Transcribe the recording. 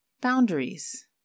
boundaries